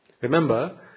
Remember